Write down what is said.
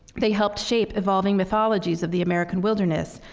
they helped shape evolving mythologies of the american wilderness,